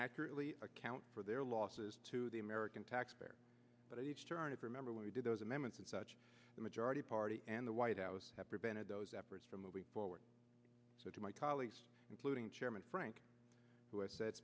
accurately account for their losses to the american taxpayer but i remember when we did those amendments and such the majority party and the white house have prevented those efforts from moving forward so to my colleagues including chairman frank who has said